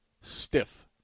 Stiff